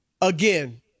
again